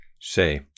say